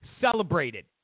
celebrated